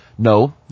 No